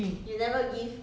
four D 都戒掉